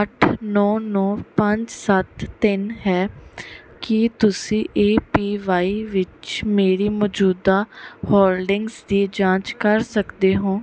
ਅੱਠ ਨੌ ਨੌ ਪੰਜ ਸੱਤ ਤਿੰਨ ਹੈ ਕੀ ਤੁਸੀਂ ਏ ਪੀ ਵਾਈ ਵਿੱਚ ਮੇਰੀ ਮੌਜੂਦਾ ਹੋਲਡਿੰਗਜ਼ ਦੀ ਜਾਂਚ ਕਰ ਸਕਦੇ ਹੋ